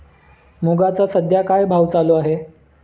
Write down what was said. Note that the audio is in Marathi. मुगाचा सध्या काय भाव चालू आहे?